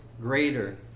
greater